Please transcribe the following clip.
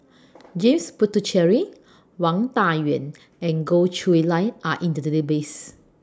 James Puthucheary Wang Dayuan and Goh Chiew Lye Are in The Database